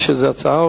יש איזו הצעה?